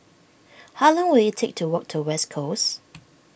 how long will it take to walk to West Coast